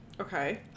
okay